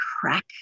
crack